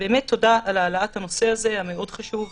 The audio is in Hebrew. באמת תודה על העלאת הנושא החשוב הזה,